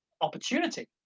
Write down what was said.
opportunity